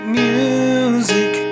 music